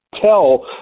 tell